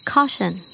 Caution